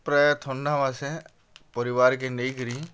ପ୍ରାୟ ଥଣ୍ଡା ମାସେ ପରିବାର୍କେ ନେଇକିରି